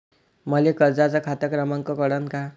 मले कर्जाचा खात क्रमांक कळन का?